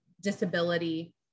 disability